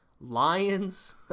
Lions